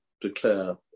declare